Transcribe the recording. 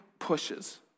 pushes